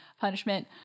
punishment